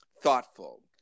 thoughtful